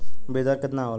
बीज दर केतना होला?